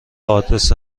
آدرس